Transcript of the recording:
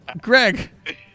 Greg